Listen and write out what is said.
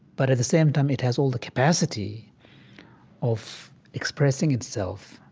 but at the same time, it has all the capacity of expressing itself,